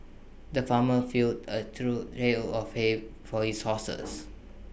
the farmer filled A trough hell of hay for his horses